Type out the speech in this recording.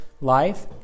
life